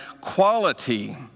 quality